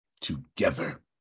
together